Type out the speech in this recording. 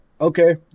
okay